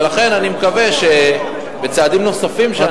ולכן אני מקווה שבצעדים נוספים שאנחנו מביאים,